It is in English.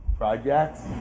Projects